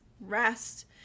rest